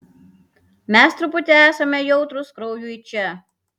mes truputį esame jautrūs kraujui čia